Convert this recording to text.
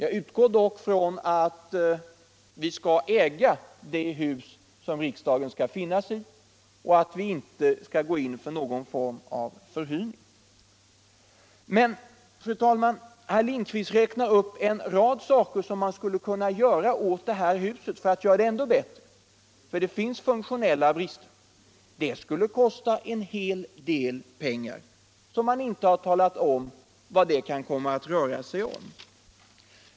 Jag utgår ifrån att vi skall äga det hus som riksdagen skall arbeta i och att vi inte skall gå in för någon form av förhyrning. Herr Lindkvist räknar upp en rad åtgärder för att göra riksdagens nuvarande hus ännu bättre — det finns ju ändå där funktionella brister. Det skulle kosta en hel del pengar, men man har inte talat om hur mycket det kan röra sig om.